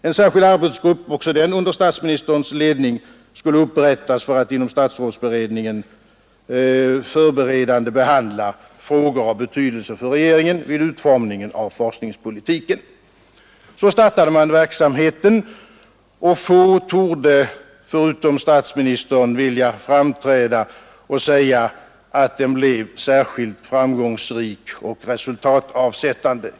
En särskild arbetsgrupp, också den under statsministerns ledning, skulle upprättas för att inom statsrådsberedningen förberedande behandla frågor av betydelse för regeringen vid utformningen av forskningspolitiken. Så startade man verksamheten, och få torde — förutom statsministern — vilja framträda och säga att den blev särskilt framgångsrik och resultatavsättande.